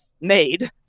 made